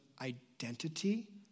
identity